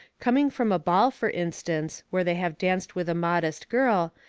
coming from a ball, for instance, where they have danced with a modest girl,